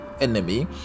enemy